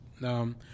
No